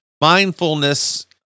mindfulness